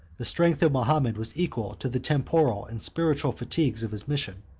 the strength of mahomet was equal to the temporal and spiritual fatigues of his mission.